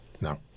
no